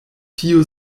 tiu